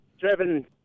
driven